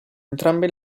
entrambe